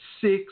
six